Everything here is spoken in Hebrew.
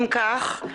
אם כך,